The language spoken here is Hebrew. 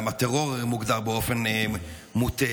גם הטרור הרי מוגדר באופן מוטה.